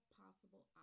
possible